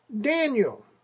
Daniel